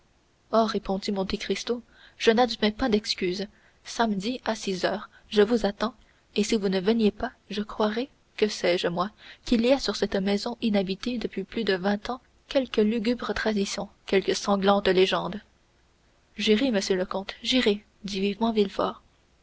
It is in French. oh répondit monte cristo je n'admets pas d'excuse samedi à six heures je vous attends et si vous ne veniez pas je croirais que sais-je moi qu'il y a sur cette maison inhabitée depuis plus de vingt ans quelque lugubre tradition quelque sanglante légende j'irai monsieur le comte j'irai dit vivement